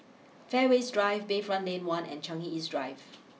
Fairways Drive Bayfront Lane one and Changi East Drive